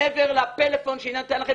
מעבר לפלאפון שניתן לכם,